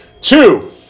Two